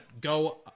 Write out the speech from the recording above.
go